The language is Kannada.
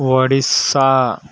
ಒಡಿಸ್ಸಾ